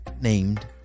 named